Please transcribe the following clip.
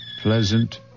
pleasant